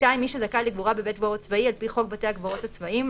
מי שזכאי לקבורה בבית קברות צבאי על פי חוק בתי קברות צבאיים,